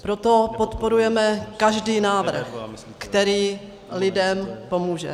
Proto podporujeme každý návrh, který lidem pomůže.